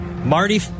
Marty